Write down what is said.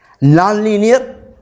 Non-linear